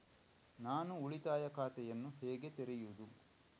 ನಾನು ಉಳಿತಾಯ ಖಾತೆಯನ್ನು ಹೇಗೆ ತೆರೆಯುದು?